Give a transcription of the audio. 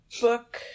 book